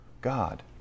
God